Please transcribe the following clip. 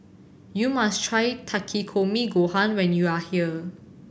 you must try Takikomi Gohan when you are here